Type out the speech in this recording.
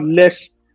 less